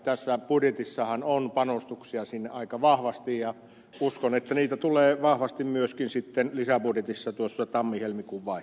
tässä budjetissahan on panostuksia sinne aika vahvasti ja uskon että niitä tulee vahvasti myöskin sitten lisäbudjetissa tuossa tammihelmikuun vaihteessa